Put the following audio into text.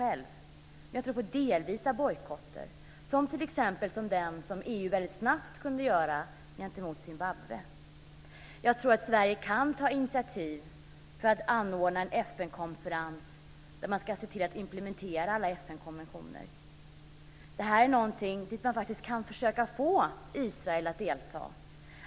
Men jag tror på delvisa bojkotter, t.ex. den som EU väldigt snabbt kunde göra gentemot Zimbabwe. Jag tror att Sverige kan ta initiativ för att anordna en FN-konferens där man ska se till att implementera alla FN-konventioner. Detta är någonting som man faktiskt kan försöka få Israel att delta i.